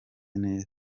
neza